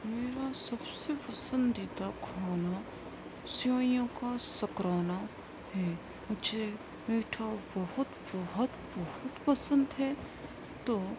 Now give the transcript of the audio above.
میرا سب سے پسندیدہ کھانا سیوئیوں کا شکرانہ ہے مجھے میٹھا بہت بہت بہت پسند ہے تو